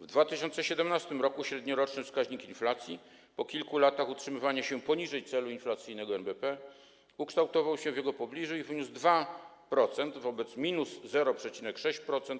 W 2017 r. średnioroczny wskaźnik inflacji po kilku latach utrzymywania się poniżej celu inflacyjnego NBP ukształtował się w jego pobliżu i wyniósł 2% wobec 0,6%